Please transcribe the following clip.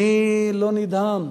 מי לא נדהם?